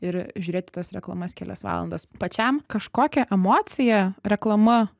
ir žiūrėti tas reklamas kelias valandas pačiam kažkokią emociją reklama